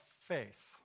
faith